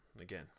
again